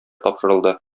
тапшырылды